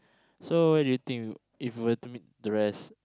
so what do we think if we were to meet the rest